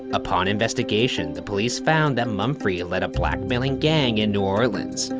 upon investigation, the police found that mumfre yeah lead a blackmailing gang in new orleans,